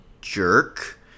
jerk